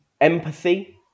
empathy